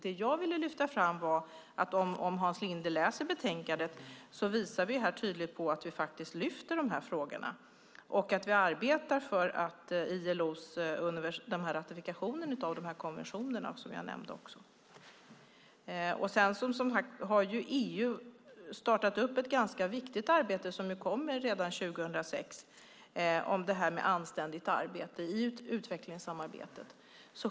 Det jag ville lyfta fram var att om Hans Linde läser betänkandet ser han att vi tydligt lyfter fram de här frågorna och att vi arbetar för ratifikationen av konventionerna, som jag också nämnde. EU har ju, som sagt, startat ett ganska viktigt arbete, som kom redan 2006, för anständigt arbete i utvecklingssamarbetet.